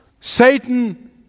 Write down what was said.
Satan